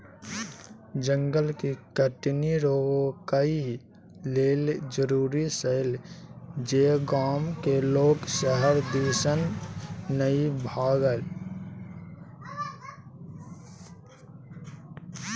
जंगल के कटनी रोकइ लेल जरूरी छै जे गांव के लोक शहर दिसन नइ भागइ